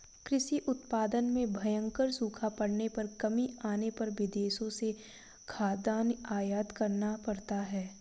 कृषि उत्पादन में भयंकर सूखा पड़ने पर कमी आने पर विदेशों से खाद्यान्न आयात करना पड़ता है